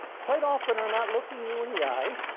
quite often are not looking you in the eye.